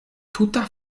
tuta